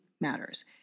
matters